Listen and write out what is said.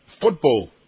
football